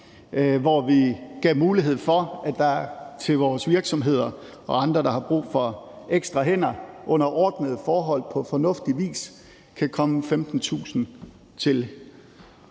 hvor vi gav mulighed for, at der til vores virksomheder og andre, der har brug for ekstra hænder, under ordnede forhold og på fornuftig vis kan komme 15.000 til.